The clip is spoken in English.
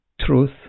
truth